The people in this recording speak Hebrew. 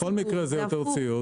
בכל מקרה זה יותר ציוד.